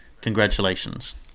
congratulations